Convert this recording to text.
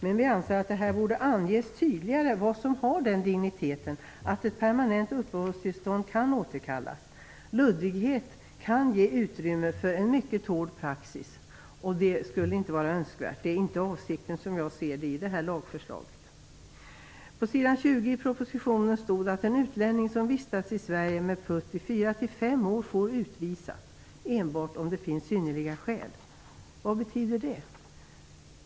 Men vi anser att det borde anges tydligare vad som har den digniteten att ett permanent uppehållstillstånd kan återkallas. Luddighet kan ge utrymme för en mycket hård praxis, och det skulle inte vara önskvärt. Det är inte avsikten, som jag ser det, i lagförslaget. Det står på s. 20 i betänkandet att en "utlänning som vistats i Sverige med permanent uppehållstillstånd sedan minst fyra år - får utvisas endast om det finns synnerliga skäl". Vad betyder det?